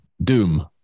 doom